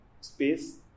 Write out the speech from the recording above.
space